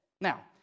Now